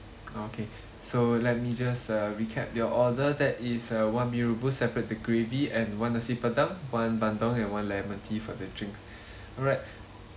okay so let me just uh recap your order that is uh one mee rebus separate the gravy and one nasi padang one bandung and one lemon tea for the drinks alright